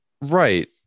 Right